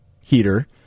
heater